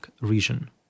region